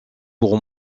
pour